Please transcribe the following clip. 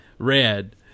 Red